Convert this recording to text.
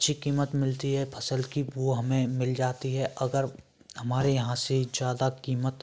अच्छी कीमत मिलती है फसल की वो हमें मिल जाती है अगर हमारे यहाँ से ज्यादा कीमत